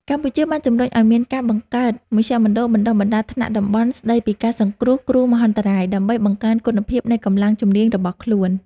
កម្ពុជាបានជំរុញឱ្យមានការបង្កើតមជ្ឈមណ្ឌលបណ្តុះបណ្តាលថ្នាក់តំបន់ស្តីពីការសង្គ្រោះគ្រោះមហន្តរាយ ដើម្បីបង្កើនគុណភាពនៃកម្លាំងជំនាញរបស់ខ្លួន។